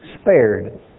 spared